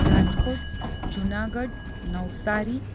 Rajkot Junagadh Navsari